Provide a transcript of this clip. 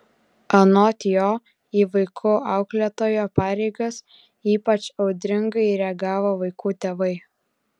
anot jo į vaikų auklėtojo pareigas ypač audringai reagavo vaikų tėvai